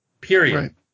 Period